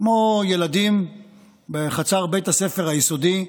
כמו ילדים בחצר בית הספר היסודי,